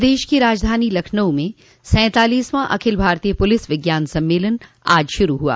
प्रदेश की राजधानी लखनऊ में सैतालीसवां अखिल भारतीय पुलिस विज्ञान सम्मेलन आज शुरू हुआ